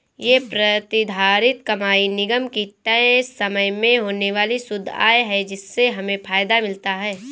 ये प्रतिधारित कमाई निगम की तय समय में होने वाली शुद्ध आय है जिससे हमें फायदा मिलता है